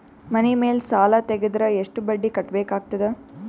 ಮನಿ ಮೇಲ್ ಸಾಲ ತೆಗೆದರ ಎಷ್ಟ ಬಡ್ಡಿ ಕಟ್ಟಬೇಕಾಗತದ?